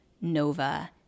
Nova